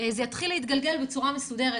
זה יתחיל להתגלגל בצורה מסודרת,